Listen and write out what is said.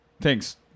Thanks